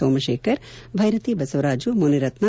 Somashekar Byrathi Basavaraju Munirathna